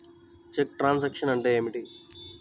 చెక్కు truncation అంటే ఏమిటి?